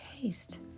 taste